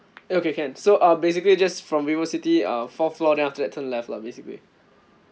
okay can so uh basically just from vivocity uh fourth floor then after that turn left lah basically